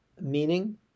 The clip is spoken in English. meaning